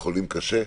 בחולים קשה.